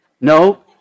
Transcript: No